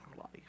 life